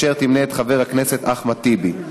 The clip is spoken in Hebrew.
אשר תמנה את חבר הכנסת אחמד טיבי.